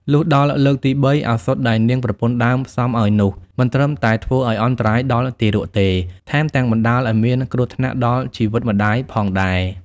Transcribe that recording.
លុះដល់លើកទី ៣ ឱសថដែលនាងប្រពន្ធដើមផ្សំឲ្យនោះ មិនត្រឹមតែធ្វើឲ្យអន្តរាយដល់ទារកទេ ថែមទាំងបណ្តាលឲ្យមានគ្រោះថ្នាក់ដល់ជីវិតម្តាយផងដែរ។